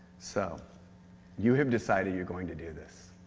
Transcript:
so you have decided you're going to do this,